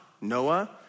Noah